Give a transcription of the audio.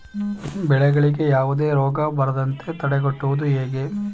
ಬೆಳೆಗಳಿಗೆ ಯಾವುದೇ ರೋಗ ಬರದಂತೆ ತಡೆಗಟ್ಟುವುದು ಹೇಗೆ?